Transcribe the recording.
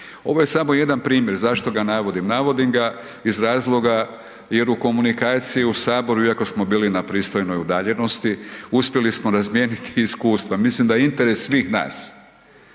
Ovo je samo jedan primjer, zašto ga navodim? Navodim ga iz razloga jer u komunikaciji u Saboru iako smo bili na pristojnoj udaljenosti, uspjeli smo razmijeniti iskustva, mislim da je interes svih nas